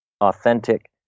authentic